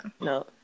no